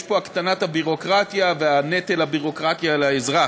יש פה הקטנת הביורוקרטיה והנטל הביורוקרטי על האזרח.